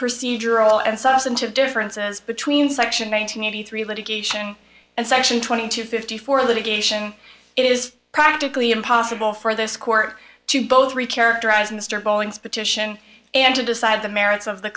procedural and substantive differences between section one hundred eighty three litigation and section twenty two fifty four litigation it is practically impossible for this court to both three characterize mr collins petition and to decide the merits of the